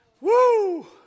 Woo